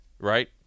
right